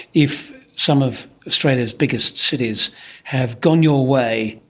if some of australia's biggest cities have gone your way,